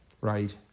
Right